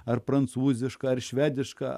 ar prancūziška ar švediška